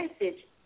message